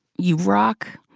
you rock.